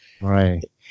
right